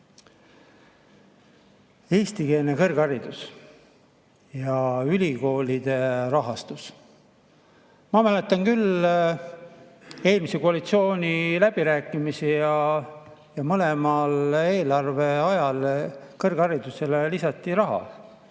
Eestikeelne kõrgharidus ja ülikoolide rahastus. Ma mäletan eelmise koalitsiooni läbirääkimisi ja mõlema eelarve ajal lisati kõrgharidusele raha.